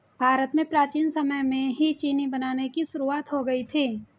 भारत में प्राचीन समय में ही चीनी बनाने की शुरुआत हो गयी थी